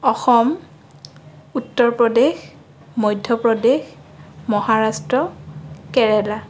Assam Uttar Pradesh Madhya Pradesh Maharashtra Kerala